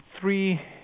three